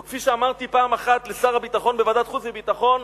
או כפי שאמרתי פעם אחת לשר הביטחון בוועדת החוץ והביטחון: